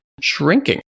shrinking